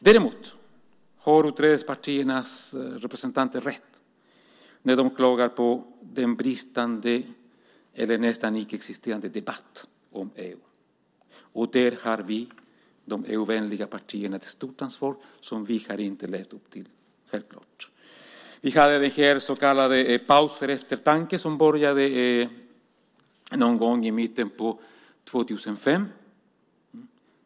Däremot har utträdespartiernas representanter rätt när de klagar på den bristande, eller nästan icke-existerande, debatten om EU. Där har vi, de EU-vänliga partierna, ett stort ansvar som vi inte har levt upp till. Vi har denna så kallade paus för eftertanke som började någon gång i mitten av 2005.